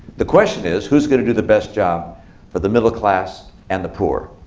the question is, who's going to do the best job for the middle class and the poor?